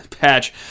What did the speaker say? patch